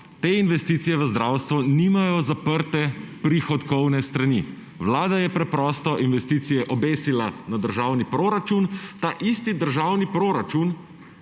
te investicije v zdravstvo nimajo zaprte prihodkovne strani. Vlada je preprosto investicije obesila na državni proračun, ta isti državni proračun,